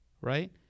right